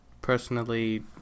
personally